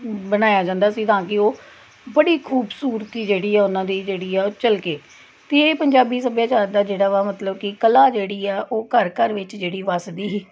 ਬਣਾਇਆ ਜਾਂਦਾ ਸੀ ਤਾਂ ਕਿ ਉਹ ਬੜੀ ਖੂਬਸੂਰਤੀ ਜਿਹੜੀ ਆ ਉਹਨਾਂ ਦੀ ਜਿਹੜੀ ਆ ਉਹ ਝਲਕੇ ਅਤੇ ਇਹ ਪੰਜਾਬੀ ਸੱਭਿਆਚਾਰ ਦਾ ਜਿਹੜਾ ਵਾ ਮਤਲਬ ਕਿ ਕਲਾ ਜਿਹੜੀ ਆ ਉਹ ਘਰ ਘਰ ਵਿੱਚ ਜਿਹੜੀ ਵੱਸਦੀ ਸੀ